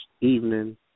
evening